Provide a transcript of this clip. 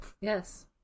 Yes